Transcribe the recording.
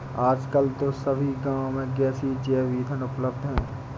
आजकल तो सभी गांव में गैसीय जैव ईंधन उपलब्ध है